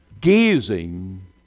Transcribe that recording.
gazing